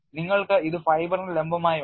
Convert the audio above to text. നിങ്ങൾക്ക് ഇത് ഫൈബറിന് ലംബമായി ഉണ്ട്